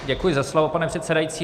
Děkuji za slovo, pane předsedající.